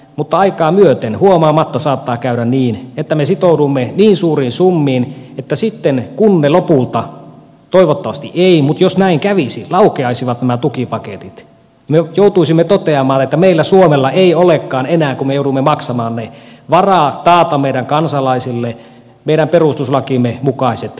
mutta aikaa myöten huomaamatta saattaa käydä niin että me sitoudumme niin suuriin summiin että sitten kun lopulta toivottavasti ei mutta jos näin kävisi laukeaisivat nämä tukipaketit me joutuisimme toteamaan että meillä suomella ei olekaan enää kun me joudumme maksamaan ne varaa taata meidän kansalaisillemme meidän perustuslakimme mukaiset perusoikeudet